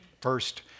first